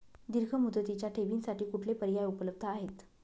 दीर्घ मुदतीच्या ठेवींसाठी कुठले पर्याय उपलब्ध आहेत?